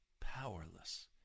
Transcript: powerless